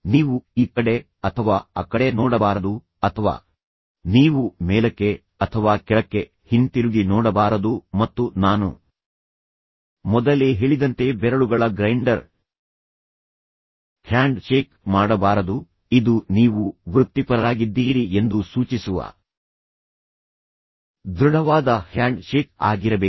ನೀವು ಈ ಕಡೆ ಅಥವಾ ಆ ಕಡೆ ನೋಡಬಾರದು ಅಥವಾ ನೀವು ಮೇಲಕ್ಕೆ ಅಥವಾ ಕೆಳಕ್ಕೆ ಹಿಂತಿರುಗಿ ನೋಡಬಾರದು ಮತ್ತು ನಾನು ಮೊದಲೇ ಹೇಳಿದಂತೆ ಬೆರಳುಗಳ ಗ್ರೈಂಡರ್ ಹ್ಯಾಂಡ್ ಶೇಕ್ ಮಾಡಬಾರದು ಇದು ನೀವು ವೃತ್ತಿಪರರಾಗಿದ್ದೀರಿ ಎಂದು ಸೂಚಿಸುವ ದೃಢವಾದ ಹ್ಯಾಂಡ್ ಶೇಕ್ ಆಗಿರಬೇಕು